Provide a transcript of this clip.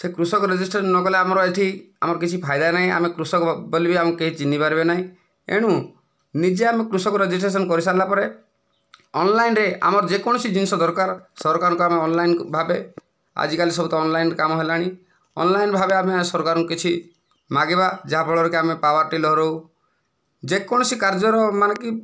ସେହି କୃଷକ ରେଜିଷ୍ଟ୍ରେସନ ନ କଲେ ଆମର ଏଇଠି ଆମର କିଛି ଫାଇଦା ନାଇଁ ଆମେ କୃଷକ ବୋଲି ବି ଆମକୁ କେହି ଚିହ୍ନିବାରେ ବି ନାଇଁ ଏଣୁ ନିଜେ ଆମେ କୃଷକ ରେଜିଷ୍ଟ୍ରେସନ କରିସାରିଲା ପରେ ଅନଲାଇନ ରେ ଆମର ଯେ କୌଣସି ଜିନଷ ଦରକାର ସରକାରଙ୍କୁ ଆମେ ଅନଲାଇନ ଭାବେ ଆଜିକାଲି ସବୁ ତ ଅନଲାଇନ କାମ ହେଲାଣି ଅନଲାଇନ ଭାବେ ଆମେ ସରକାରଙ୍କୁ କିଛି ମାଗିବା ଯାହାଫଳରେ କି ଆମେ ପାୱାରଟିଲର ହେଉ ଯେକୌଣସି କାର୍ଯ୍ୟର ମାନେ କି